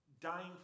dying